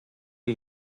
are